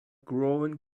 grown